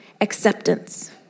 acceptance